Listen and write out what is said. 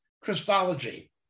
Christology